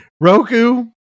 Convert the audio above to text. Roku